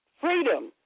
Freedom